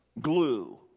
glue